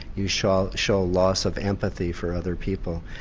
you show show loss of empathy for other people.